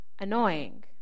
annoying